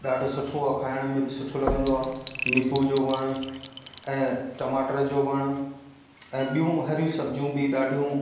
ॾाढो सुठो आहे खाइण में बि ॾाढो सुठो लगंदो आहे निबू जो वण ऐं टमाटर जो वण ऐं ॿियूं हरी सब्जियूं बि ॾाढियूं